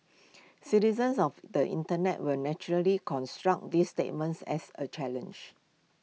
citizens of the Internet will naturally construe this statement as A challenge